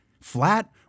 Flat